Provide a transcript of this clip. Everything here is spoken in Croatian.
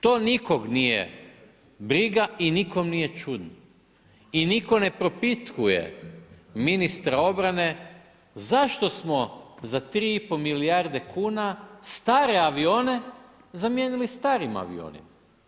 To nikog nije briga i nikom nije čudno i niko ne propitkuje ministra obrane zašto smo za 3,5 milijarde kuna stare avione zamijenili starim avionima.